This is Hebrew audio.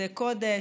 לימודי קודש,